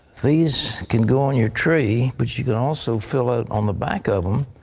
these can go on your tree, but you can also fill out on the back of them